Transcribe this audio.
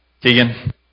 Keegan